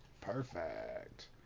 Perfect